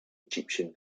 egyptian